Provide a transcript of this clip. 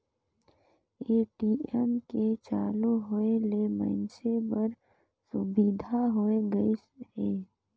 ATM के चालू होय ले मइनसे बर सुबिधा होय गइस हे